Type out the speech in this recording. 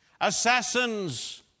Assassins